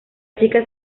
chicas